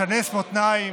לשנס מותניים,